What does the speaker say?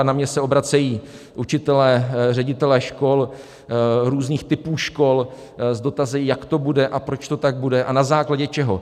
Na mě se obracejí učitelé, ředitelé škol, různých typů škol s dotazy, jak to bude a proč to tak bude a na základě čeho.